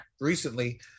recently